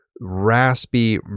raspy